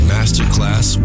Masterclass